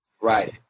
Right